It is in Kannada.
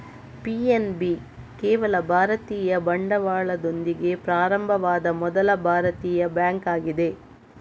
ಪಿ.ಎನ್.ಬಿ ಕೇವಲ ಭಾರತೀಯ ಬಂಡವಾಳದೊಂದಿಗೆ ಪ್ರಾರಂಭವಾದ ಮೊದಲ ಭಾರತೀಯ ಬ್ಯಾಂಕ್ ಆಗಿದೆ